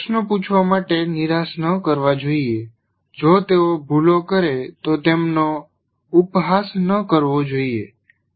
તેમને પ્રશ્નો પૂછવા માટે નિરાશ ન કરવા જોઈએ જો તેઓ ભૂલો કરે તો તેમનો ઉપહાસ ન કરવો જોઈએ